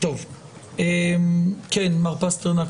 מר פסטרנק,